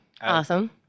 Awesome